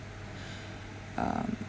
uh